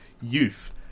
youth